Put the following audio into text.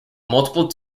multiple